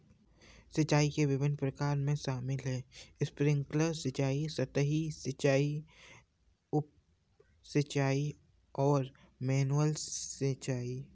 सिंचाई के विभिन्न प्रकारों में शामिल है स्प्रिंकलर सिंचाई, सतही सिंचाई, उप सिंचाई और मैनुअल सिंचाई